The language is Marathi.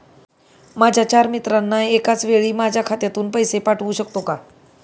माझ्या चार मित्रांना एकाचवेळी माझ्या खात्यातून पैसे पाठवू शकतो का?